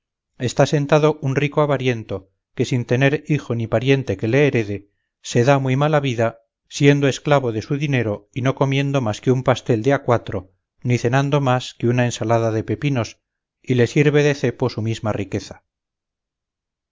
llaves está sentado un rico avariento que sin tener hijo ni pariente que le herede se da muy mala vida siendo esclavos de su dinero y no comiendo más que un pastel de a cuatro ni cenando más que una ensalada de pepinos y le sirve de cepo su misma riqueza